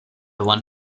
want